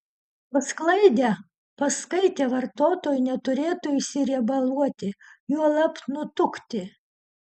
pasklaidę paskaitę vartotojai neturėtų išsiriebaluoti juolab nutukti